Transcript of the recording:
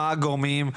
מה הגורמים,